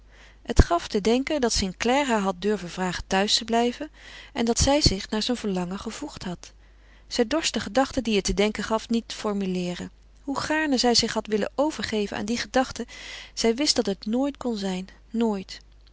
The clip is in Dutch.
het gaf te denken dat st clare haar had durven vragen thuis te blijven en dat zij zich naar zijn verlangen gevoegd had zij dorst de gedachte die het te denken gaf niet formuleeren hoe gaarne zij zich had willen overgeven aan die gedachte zij wist dat het nooit kon zijn nooit